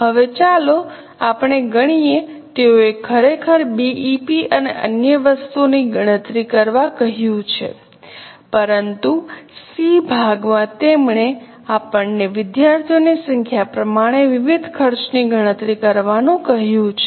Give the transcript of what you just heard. હવે ચાલો આપણે ગણીએ તેઓએ ખરેખર બીઇપી અને અન્ય વસ્તુઓની ગણતરી કરવા કહ્યું છે પરંતુ સી ભાગમાં તેમણે આપણને વિદ્યાર્થીઓની સંખ્યા પ્રમાણે વિવિધ ખર્ચની ગણતરી કરવાનું કહ્યું છે